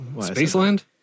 Spaceland